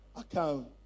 account